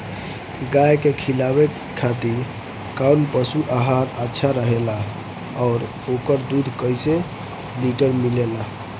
गाय के खिलावे खातिर काउन पशु आहार अच्छा रहेला और ओकर दुध कइसे लीटर मिलेला?